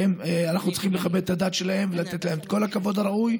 ואנחנו צריכים לכבד את הדת שלהם ולתת להם את כל הכבוד הראוי.